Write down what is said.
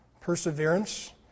perseverance